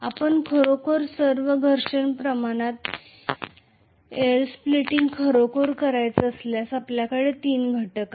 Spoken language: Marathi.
आपण खरोखर सर्व घर्षण प्रमाणात एअरस्प्लीटींग खरोखर करायचे असल्यास आपल्याकडे तीन घटक आहेत